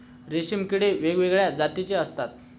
रेशीम किडे वेगवेगळ्या जातीचे असतात